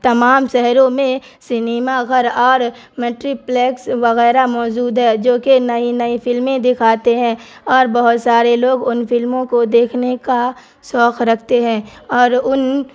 تمام شہروں میں سنیما گھر اور ملٹی پلیکس وغیرہ موجود ہے جو کہ نئی نئی فلمیں دکھاتے ہیں اور بہت سارے لوگ ان فلموں کو دیکھنے کا شوق رکھتے ہیں اور ان